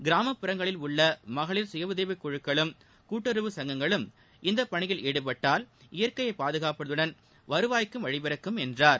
கிராமப்புறங்களில் உள்ள மகளிர் சுயஉதவிக் குழுக்களும் கூட்டுறவு சங்கங்களும் இந்தப் பணியில் ாடுபட்டால் இயற்கையை பாதுகாப்பதுடன் வருவாய்க்கும் வழிபிறக்கும் என்றார்